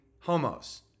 homos